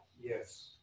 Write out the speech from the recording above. Yes